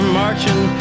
marching